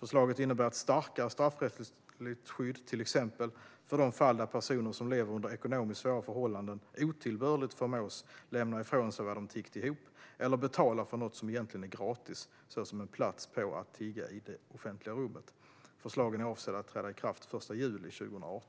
Förslaget innebär ett starkare straffrättsligt skydd i till exempel de fall där personer som lever under ekonomiskt svåra förhållanden otillbörligt förmås lämna ifrån sig vad de tiggt ihop eller betala för något som egentligen är gratis, såsom en plats att tigga på i det offentliga rummet. Förslagen är avsedda att träda i kraft den 1 juli 2018.